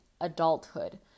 adulthood